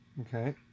okay